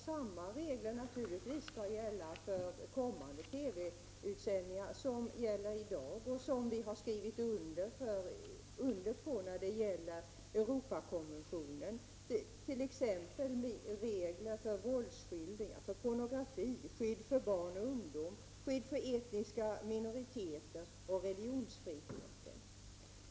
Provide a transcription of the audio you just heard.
Samma regler som gäller i dag skall naturligtvis gälla för kommande TV sändningar. Vi har t.ex. skrivit under Europakonventionen. Det handlar om regler för våldsskildringar, pornografi, skydd för barn och ungdom, skydd för etniska minoriteter och för religionsfriheten.